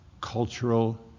cultural